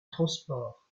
transport